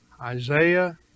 Isaiah